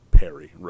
Perry